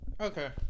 Okay